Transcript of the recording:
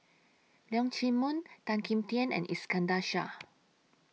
Leong Chee Mun Tan Kim Tian and Iskandar Shah